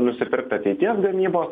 nusipirkti ateities gamybos